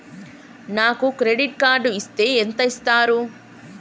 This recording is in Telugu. నాకు క్రెడిట్ కార్డు ఇస్తే ఎంత ఇస్తరు?